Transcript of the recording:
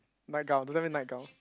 night gown don't tell me night gown